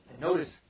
Notice